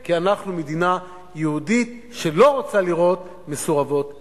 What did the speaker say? כי אנחנו מדינה יהודית שלא רוצה לראות מסורבות גט.